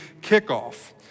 kickoff